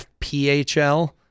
FPHL